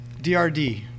drd